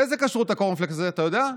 באיזו כשרות הקורנפלקס הזה, אתה יודע?